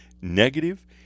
negative